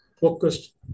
focused